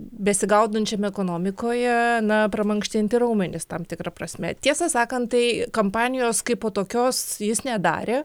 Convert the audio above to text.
besigaudančiam ekonomikoje na pramankštinti raumenis tam tikra prasme tiesą sakant tai kampanijos kaipo tokios jis nedarė